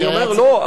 לא,